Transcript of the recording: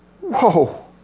Whoa